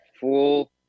full